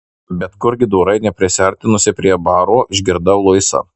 bet kurgi dorai neprisiartinusi prie baro išgirdau luisą